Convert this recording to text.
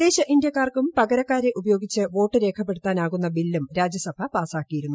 വിദേശ ഇന്ത്യക്കാർക്കും പകരക്കാരെ ഉപയോഗിച്ച് വോട്ട് രേഖപ്പെടുത്താനാകുന്ന ബില്ലും രാജ്യസഭ പാസാക്കിയിരുന്നു